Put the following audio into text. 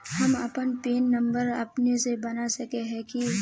हम अपन pin number अपने से बना सके है की?